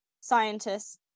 scientists